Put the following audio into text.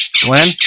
Glenn